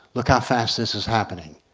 look how fast this is happening.